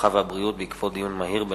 הרווחה והבריאות בעקבות דיון מהיר בנושא: